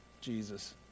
Jesus